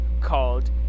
called